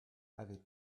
avec